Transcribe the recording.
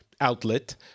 outlet